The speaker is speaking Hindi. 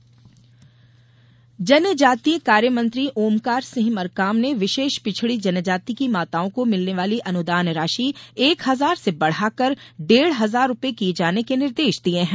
राशि वृद्धि जनजातीय कार्य मंत्री ओमकार सिंह मरकाम ने विशेष पिछड़ी जनजाति की माताओं को मिलने वाली अनुदान राशि एक हजार से बढाकर डेढ हजार रुपये किये जाने के निर्देश दिये हैं